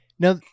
Now